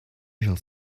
shall